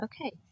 okay